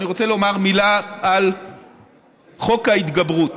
אני רוצה לומר מילה על חוק ההתגברות,